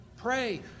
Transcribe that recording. pray